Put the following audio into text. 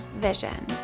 vision